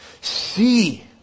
See